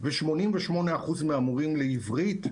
ו-88% מהמורים לעברית,